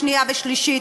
שנייה ושלישית,